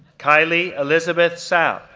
kylee elizabeth sapp,